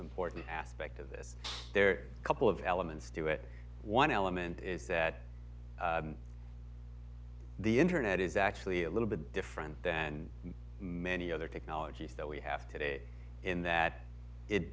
important aspect of this there a couple of elements to it one element is that the internet is actually a little bit different than many other technologies that we have today in that it